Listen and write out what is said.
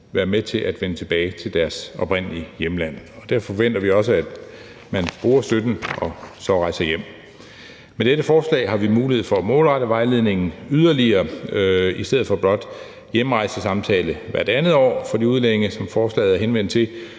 mulighed for at vende tilbage til deres oprindelige hjemlande. Og der forventer vi også, at man bruger støtten og så rejser hjem. Med dette forslag har vi mulighed for at målrette vejledningen yderligere. I stedet for blot at have en hjemrejsesamtale hvert andet år for de udlændinge, som forslaget er henvendt til,